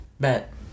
Bet